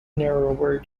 narrower